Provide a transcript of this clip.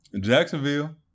Jacksonville